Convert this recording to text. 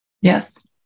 Yes